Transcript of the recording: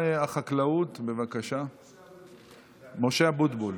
מציג, סגן שר החקלאות משה אבוטבול.